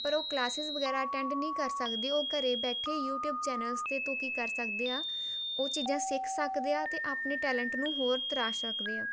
ਪਰ ਉਹ ਕਲਾਸਿਸ ਵਗੈਰਾ ਅਟੈਂਡ ਨਹੀਂ ਕਰ ਸਕਦੇ ਉਹ ਘਰ ਬੈਠੇ ਯੂਟੀਊਬ ਚੈਨਲਸ 'ਤੇ ਤੋਂ ਕੀ ਕਰ ਸਕਦੇ ਆ ਉਹ ਚੀਜ਼ਾਂ ਸਿੱਖ ਸਕਦੇ ਆ ਅਤੇ ਆਪਣੇ ਟੈਲੈਂਟ ਨੂੰ ਹੋਰ ਤਰਾਸ਼ ਸਕਦੇ ਹੈ